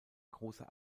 großer